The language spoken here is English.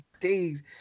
days